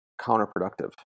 counterproductive